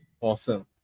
Awesome